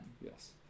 Yes